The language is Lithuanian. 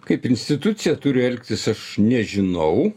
kaip institucija turi elgtis aš nežinau